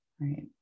right